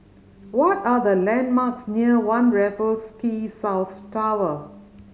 what are the landmarks near One Raffles Quay South Tower